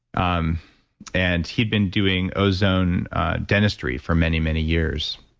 um and he'd been doing ozone dentistry for many, many years